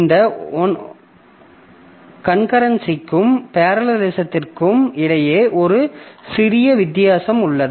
இந்த ஒகன்கரன்சிக்கும் பேரலலிசமிற்கும் இடையே ஒரு சிறிய வித்தியாசம் உள்ளது